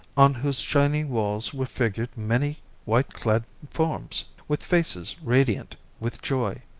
on whose shining walls were figured many white-clad forms with faces radiant with joy.